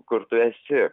kur tu esi